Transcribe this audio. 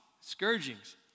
scourgings